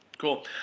Cool